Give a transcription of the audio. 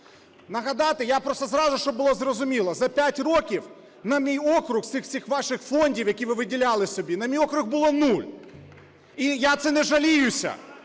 Нагадати? Я просто зразу, щоб було зрозуміло. За 5 років на мій округ всіх цих ваших фондів, які ви виділяли собі, на мій округ було нуль. І я це… не жаліюся.